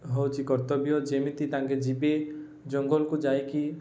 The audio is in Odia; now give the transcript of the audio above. ହେଉଛି କର୍ତ୍ତବ୍ୟ ଯେମିତି ତାଙ୍କେ ଯିବେ ଜଙ୍ଗଲକୁ ଯାଇକି